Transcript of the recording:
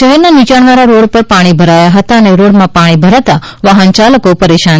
શહેરના નીચાણ વાળા રોડ રસ્તા પર પાણી ભરાયા હતા અને રોડ પર પાણી ભરતા વાહન ચાલકો પરેશાન